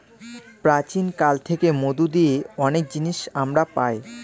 প্রাচীন কাল থেকে মধু দিয়ে অনেক জিনিস আমরা পায়